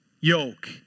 yoke